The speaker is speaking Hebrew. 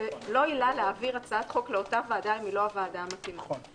זו לא עילה להעביר הצעת חוק לאותה ועדה אם היא לא הוועדה המתאימה.